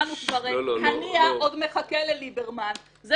לא, לא.